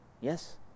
Yes